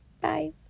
bye